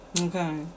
Okay